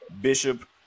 Bishop